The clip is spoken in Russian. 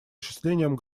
осуществлением